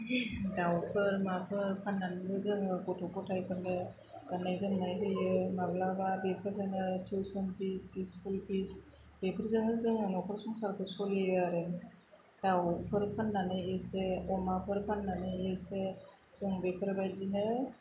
दाउफोर माफोर फान्नानैबो जोङो गथ' ग'थायफोरनो गान्नाय जोमनाय होयो माब्लाबा बेफोरजोंनो टिउसन फिस स्कुल फिस बेफेरजोंनो जोङो नखर संसारखौ सोलियो आरो दाउफोर फाननानै एसे अमाफोर फाननानै एसे जों बेफोरबायदिनो